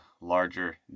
larger